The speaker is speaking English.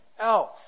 else